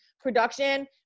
production